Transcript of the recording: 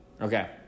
Okay